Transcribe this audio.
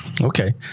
Okay